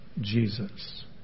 Jesus